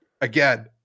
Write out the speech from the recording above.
Again